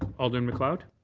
alderman macleod.